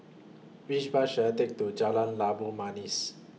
Which Bus should I Take to Jalan Labu Manis